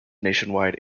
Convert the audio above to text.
nationwide